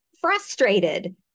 frustrated